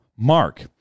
Mark